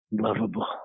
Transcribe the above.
lovable